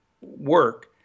work